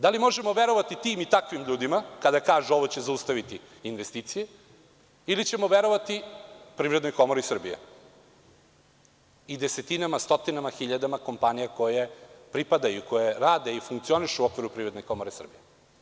Da li možemo verovati tim i takvim ljudima kada kažu – ovo će zaustaviti investicije ili ćemo verovati Privrednoj komori Srbije i desetinama, stotinama hiljadama kompanija koje pripadaju, koje rade i funkcionišu u okviru Privredne komore Srbije?